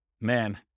man